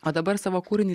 o dabar savo kūrinį